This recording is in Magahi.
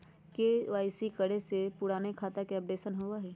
के.वाई.सी करें से पुराने खाता के अपडेशन होवेई?